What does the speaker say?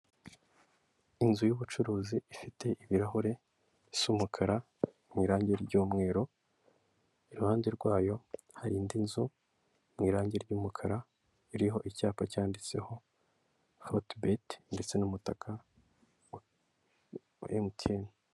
Inzu y'ubucuruzi ifite ibirahure bisa umukara, mu irangi ry'umweru, iruhande rwayo hari indi nzu mu irangi ry'umukara, iriho icyapa cyanditseho forutibeti, ndetse n'umutaka wa emutiyeni.